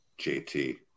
JT